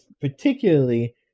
particularly